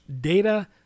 data